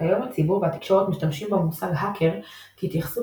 כיום הציבור והתקשורת משתמשים במושג האקר כהתייחסות